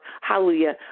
hallelujah